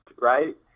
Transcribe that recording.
right